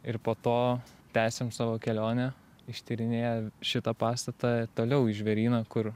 ir po to tęsėm savo kelionę ištyrinėję šitą pastatą toliau į žvėryną kur